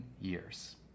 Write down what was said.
years